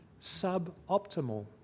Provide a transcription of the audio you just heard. suboptimal